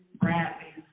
Bradley